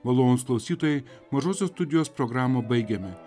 malonūs klausytojai mažosios studijos programą baigiame